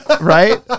Right